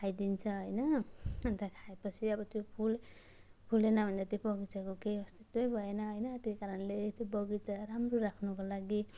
खाइदिन्छ होइन अन्त खाएपछि अब त्यो फुल फुलेन भने त त्यो बगैँचाको केही अस्तित्वै भएन होइन त्यही कारणले त्यो बगैँचा राम्रो राख्नको लागि